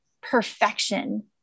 perfection